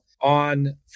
on